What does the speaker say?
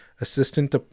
Assistant